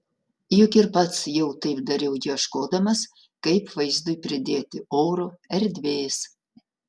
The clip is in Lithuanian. juk ir pats jau taip dariau ieškodamas kaip vaizdui pridėti oro erdvės